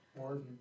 Martin